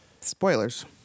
spoilers